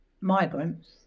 migrants